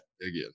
again